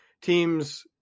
teams